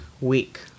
week